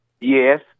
Yes